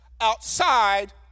outside